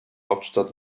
hauptstadt